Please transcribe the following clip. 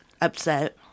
upset